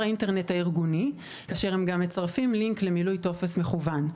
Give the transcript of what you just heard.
האינטרנט הארגוני כאשר הם גם מצרפים לינק למילוי טופס מקוון.